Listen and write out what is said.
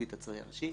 לפי העניין,